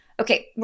Okay